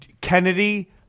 Kennedy